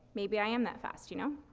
maybe i am that fast, you know?